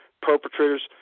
perpetrators